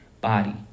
body